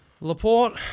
Laporte